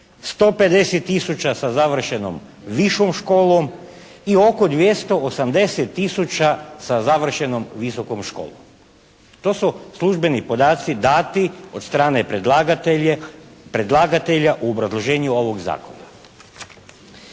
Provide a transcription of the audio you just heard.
150000 sa savršenom višom školom i oko 280000 sa završenom visokom školom. To su službeni podaci dati od strane predlagatelja u obrazloženju ovog zakona.